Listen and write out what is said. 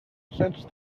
since